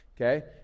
Okay